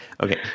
okay